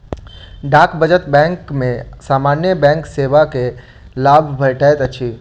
डाक बचत बैंक में सामान्य बैंक सेवा के लाभ भेटैत अछि